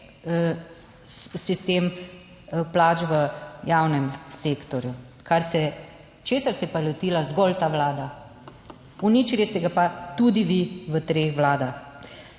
sistem plač v javnem sektorju, kar se, česar se je pa lotila zgolj ta Vlada. Uničili ste ga pa tudi vi v treh vladah.